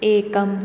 एकम्